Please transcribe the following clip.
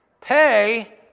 Pay